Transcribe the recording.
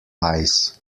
eyes